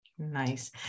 Nice